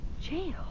Jail